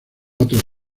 otras